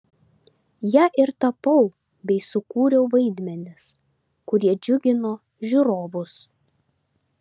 ja ir tapau bei sukūriau vaidmenis kurie džiugino žiūrovus